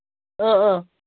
ꯑꯥ ꯑꯥ